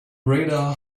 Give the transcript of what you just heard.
radar